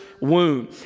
wound